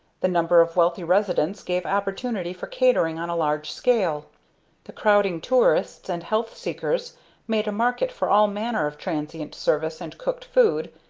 the number of wealthy residents gave opportunity for catering on a large scale the crowding tourists and health seekers made a market for all manner of transient service and cooked food,